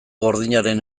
gordinaren